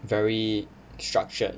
very structured